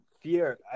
fear